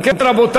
אם כן, רבותי,